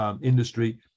industry